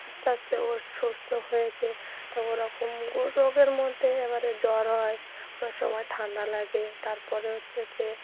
আস্তে আস্তে ও সুস্থ হয়েছে তা ওরকম ও রোগের মধ্যে এবারে জ্বর হয় অনেক সময় ঠান্ডা লাগে তার পরে হচ্ছে কি